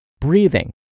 breathing